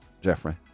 Jeffrey